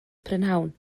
prynhawn